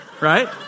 right